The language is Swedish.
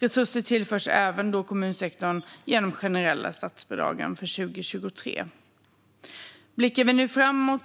Resurser tillförs även kommunsektorn genom det generella statsbidraget för 2023. Låt oss blicka framåt.